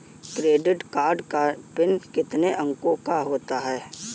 Credit card का PIN कितने अंकों का होता है?